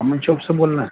امن شاپ سے بول رہے ہیں